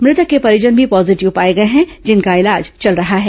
मृतक के परिजन भी पॉजीटिव पाए गए हैं जिनका इलाज चल रहा है